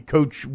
Coach